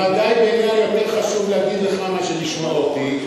ודאי בעיניה יותר חשוב להגיד לך מאשר לשמוע אותי,